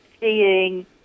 seeing